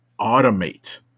automate